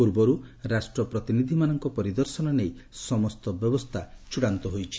ପୂର୍ବର୍ତ ରାଷ୍ଟ୍ର ପ୍ରତିନିଧମାନଙ୍କ ପରିଦର୍ଶନ ନେଇ ସମସ୍ତ ବ୍ୟବସ୍କା ଚୃଡ଼ାନ୍ତ ହୋଇଛି